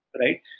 right